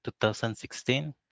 2016